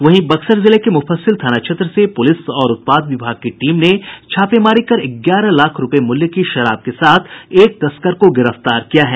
वहीं बक्सर जिले के मुफस्सिल थाना क्षेत्र से पुलिस और उत्पाद विभाग की टीम ने छापेमारी कर ग्यारह लाख रूपये मूल्य की शराब के साथ एक तस्कर को गिरफ्तार किया है